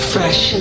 Fresh